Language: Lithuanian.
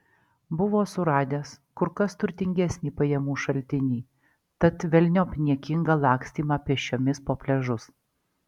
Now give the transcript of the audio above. buvo suradęs kur kas turtingesnį pajamų šaltinį tad velniop niekingą lakstymą pėsčiomis po pliažus